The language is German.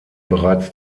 bereits